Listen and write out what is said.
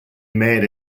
made